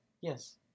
Yes